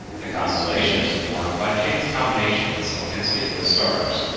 the constellations are formed by chance combinations of conspicuous stars,